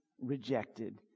rejected